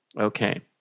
Okay